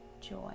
joy